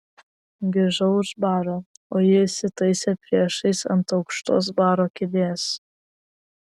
grįžau už baro o ji įsitaisė priešais ant aukštos baro kėdės